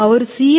ಅವರು CLmax 1